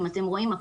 אם אתם רואים,